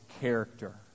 character